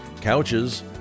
couches